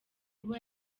kuba